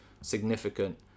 significant